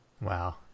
wow